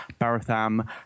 Baratham